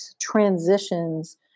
transitions